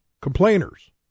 complainers